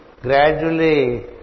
gradually